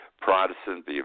Protestant